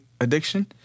addiction